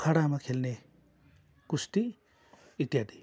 अखडामा खेल्ने कुस्ती इत्यादि